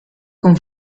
con